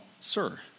sir